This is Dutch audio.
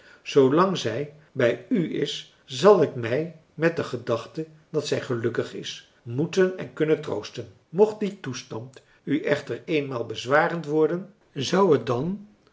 lang zij bij u is zal ik mij met de gedachte dat zij gelukkig is moeten en kunnen troosten mocht die toemarcellus emants een drietal novellen stand u echter eenmaal bezwarend worden zou t dan